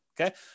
Okay